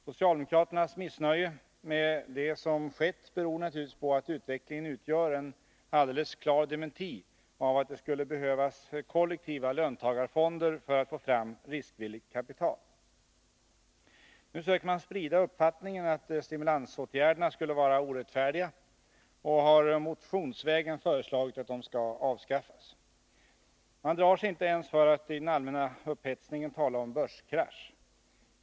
Socialdemokraternas missnöje med det som skett beror naturligtvis på att utvecklingen utgör en alldeles klar dementi av att det skulle behövas kollektiva löntagarfonder för att få fram riskvilligt kapital. Nu söker de sprida uppfattningen att stimulansåtgärderna skulle vara orättfärdiga, och de har motionsvägen föreslagit att de skall avskaffas. De drar sig inte ens för att i den allmänna upphetsningen tala om börskrasch.